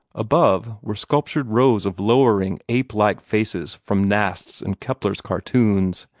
above were sculptured rows of lowering, ape-like faces from nast's and keppler's cartoons,